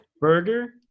burger